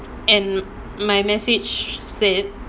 and my message said